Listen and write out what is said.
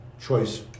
Choice